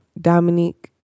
Dominique